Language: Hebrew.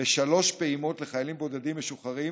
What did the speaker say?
בשלוש פעימות לחיילים בודדים משוחררים